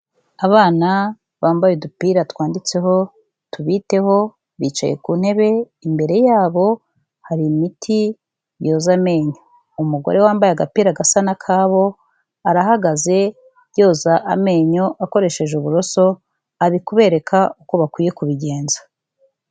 Abana bambaye udupira twanditseho tubiteho, bicaye ku ntebe imbere yabo hari imiti yoza amenyo, umugore wambaye agapira gasa n'akabo, arahagaze yoza amenyo akoresheje uburoso ari kubereka uko bakwiye kubigenza.